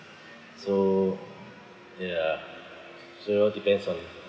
so ya it all depends on